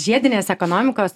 žiedinės ekonomikos